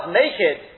naked